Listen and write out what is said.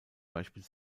beispiel